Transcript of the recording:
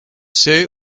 ser